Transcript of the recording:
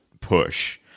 push